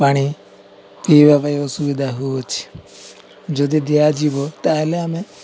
ପାଣି ପିଇବା ପାଇଁ ଅସୁବିଧା ହଉଅଛି ଯଦି ଦିଆଯିବ ତାହେଲେ ଆମେ